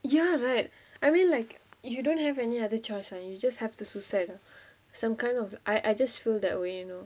ya right I mean like if you don't have any other choice right you just have to suicide ah some kind of I I just feel that way you know